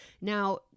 now